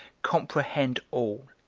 comprehend all.